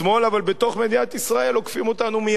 אבל בתוך מדינת ישראל עוקפים אותנו מימין: